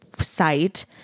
site